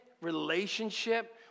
relationship